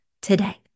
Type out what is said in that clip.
today